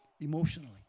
emotionally